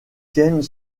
tiennent